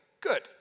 Good